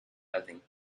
having